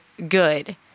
good